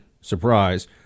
surprise